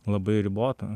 labai ribota